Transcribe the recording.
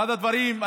אחד הדברים,